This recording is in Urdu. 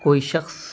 کوئی شخص